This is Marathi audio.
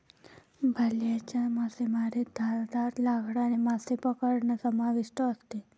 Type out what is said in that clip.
भाल्याच्या मासेमारीत धारदार लाकडाने मासे पकडणे समाविष्ट असते